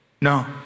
no